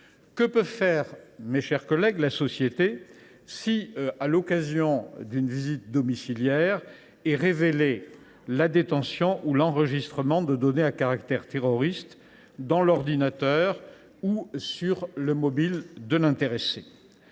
que peut faire la société si, à l’occasion d’une visite domiciliaire, on révèle la détention ou l’enregistrement de données à caractère terroriste dans l’ordinateur ou sur le téléphone mobile de l’intéressé ?